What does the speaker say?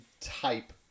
type